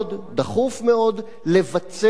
לבצר את מעמדו של חוק השבות,